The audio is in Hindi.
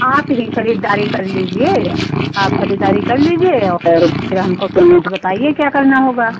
आप ही ख़रीदारी कर लीजिए आप ख़रीदारी कर लीजिए और फिर हमको पेमेंट बताइए क्या करना होगा